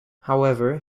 however